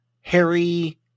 Harry